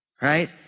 right